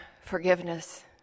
forgiveness